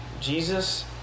Jesus